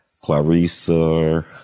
Clarissa